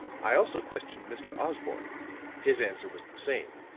i also questioned mr. osborne his answer was the same.